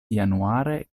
januare